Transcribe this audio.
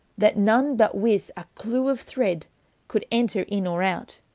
that none but with a clue of thread could enter in or out.